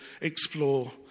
explore